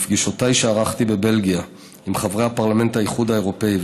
בפגישות שערכתי בבלגיה עם חברי פרלמנט האיחוד האירופי,